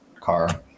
car